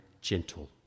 gentle